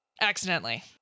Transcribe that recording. Accidentally